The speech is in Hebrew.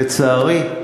לצערי, לצערי.